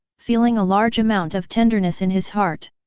feeling a large amount of tenderness in his heart.